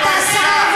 יום האישה,